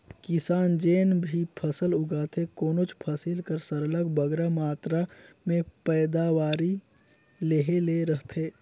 किसान जेन भी फसल उगाथे कोनोच फसिल कर सरलग बगरा मातरा में पएदावारी लेहे ले रहथे